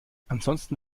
ansonsten